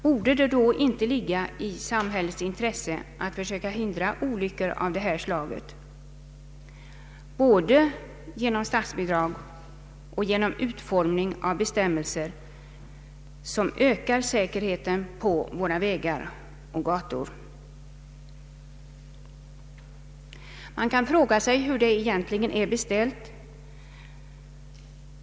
Borde det då inte ligga i samhällets intresse att försöka hindra olyckor av detta slag både genom statsbidrag och genom utformningen av bestämmelser som ökar säkerheten på våra vägar och gator? Man kan fråga sig hur det egentligen är beställt.